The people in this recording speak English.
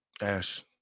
Ash